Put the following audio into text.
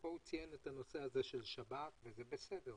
ופה הוא ציין את הנושא של שבת וזה בסדר,